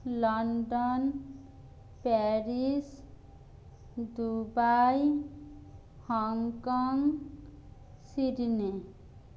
London Paris Dubai Hong Kong Sydney